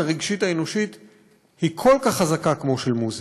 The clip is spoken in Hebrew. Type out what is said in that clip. הרגשית האנושית היא כל כך חזקה כמו של המוזיקה.